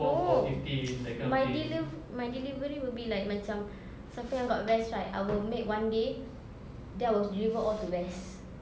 no my deliv~ my delivery will be like macam siapa yang dekat west right I will make one day then I will deliver all to west